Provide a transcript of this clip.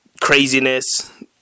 craziness